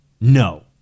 No